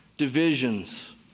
divisions